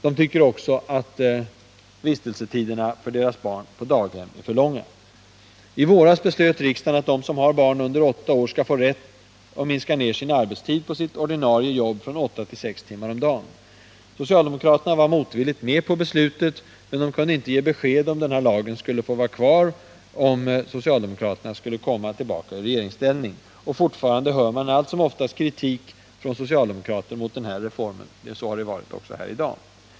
De tycker också att vistelsetiderna för deras barn på daghem är för långa. I våras beslöt riksdagen att de som har barn under åtta år skall få rätt att minska ner arbetstiden på sitt ordinarie jobb från åtta till sex timmar om dagen. Socialdemokraterna var motvilligt med på beslutet, men de kunde inte ge besked om huruvida denna lag skall få vara kvar om socialdemokraterna kommer tillbaka i regeringsställning. Fortfarande hör man allt som oftast kritik från socialdemokrater mot den här reformen. Så har det varit också här i dag.